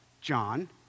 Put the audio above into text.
John